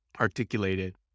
articulated